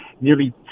nearly